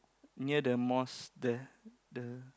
near the mosque there the